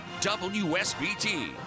WSBT